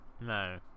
No